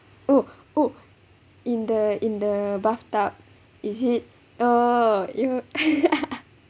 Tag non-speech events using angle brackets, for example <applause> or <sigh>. oh oh in the in the bathtub is it oh you <laughs>